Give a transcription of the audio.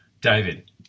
David